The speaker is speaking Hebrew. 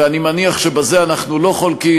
ואני מניח שבזה אנחנו לא חולקים,